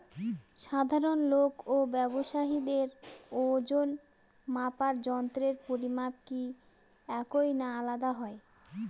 সাধারণ লোক ও ব্যাবসায়ীদের ওজনমাপার যন্ত্রের পরিমাপ কি একই না আলাদা হয়?